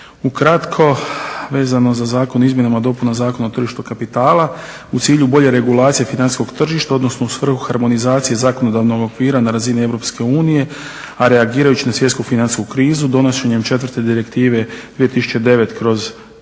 Ukratko vezano za Zakon o izmjenama i dopunama Zakona o tržištu kapitala, u cilju bolje regulacije financijskog tržišta odnosno u svrhu harmonizacije zakonodavnog okvira na razini EU, a reagirajući na svjetsku financijsku krizu donošenjem 4. Direktive 2009/111 znači